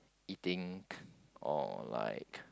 eating or like